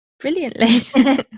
brilliantly